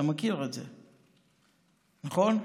אתה מכיר את זה, נכון?